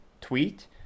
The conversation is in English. tweet